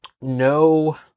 no